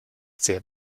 sehr